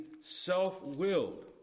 self-willed